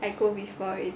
I go before already